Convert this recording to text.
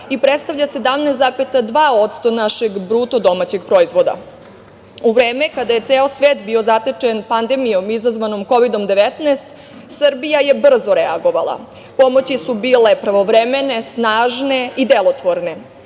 i predstavlja 17,2% našeg BDP.U vreme kada je ceo svet bio zatečen pandemijom izazvanom Kovidom – 19 Srbija je brzo reagovala. Pomoći su bile pravovremene, snažne i delotvorne.